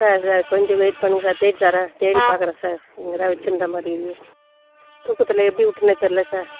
sir sir கொஞ்சம் wait பண்ணுங்க sir தேடித்தரேன் தேடி பார்க்குறேன் சார் இங்கே தான் வெச்சுருந்த மாதிரி இருக்குது தூக்கத்தில் எப்படி விட்டேன்னே தெரில சார்